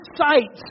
sight